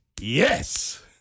Yes